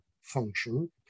function